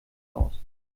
aus